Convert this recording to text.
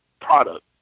product